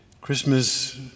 Christmas